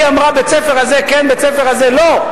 היא אמרה: בית-הספר הזה כן ובית-הספר הזה לא?